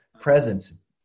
presence